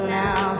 now